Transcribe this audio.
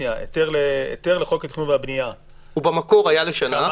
היתר לחוק התכנון והבנייה --- במקור הוא היה לשנה.